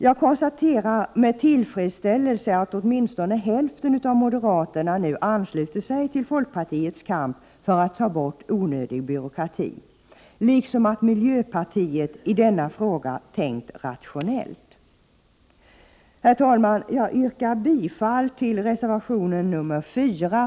Jag konstaterar med tillfredsställelse att åtminstone hälften av moderaterna nu ansluter sig till folkpartiets kamp för att ta bort onödig byråkrati, liksom att miljöpartiet har tänkt rationellt i denna fråga. Herr talman! Jag yrkar bifall till reservation nr 4.